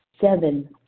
Seven